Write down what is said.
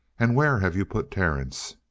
and where have you put terence?